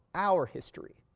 our history.